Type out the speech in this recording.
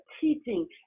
teaching